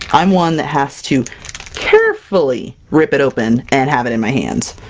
i'm one that has to carefully rip it open and have it in my hands!